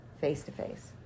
face-to-face